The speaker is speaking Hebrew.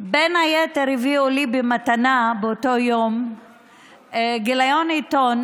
בין היתר הביאו לי במתנה באותו יום גיליון עיתון